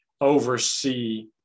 oversee